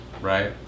right